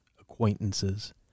acquaintances